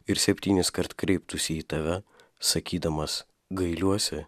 ir septyniskart kreiptųsi į tave sakydamas gailiuosi